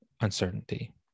uncertainty